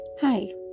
Hi